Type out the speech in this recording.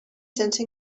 sense